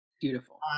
Beautiful